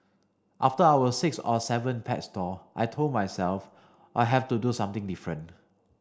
after our sixth or seventh pet store I told myself I have to do something different